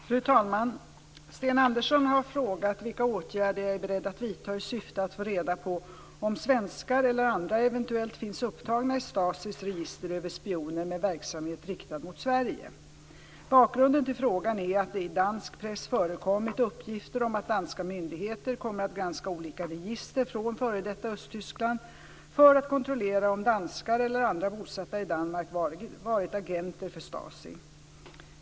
Fru talman! Sten Andersson har frågat vilka åtgärder jag är beredd att vidta i syfte att få reda på om svenskar eller andra eventuellt finns upptagna i STA Bakgrunden till frågan är att det i dansk press förekommit uppgifter om att danska myndigheter kommer att granska olika register från f.d. Östtyskland för att kontrollera om danskar eller andra bosatta i Danmark varit agenter för STASI.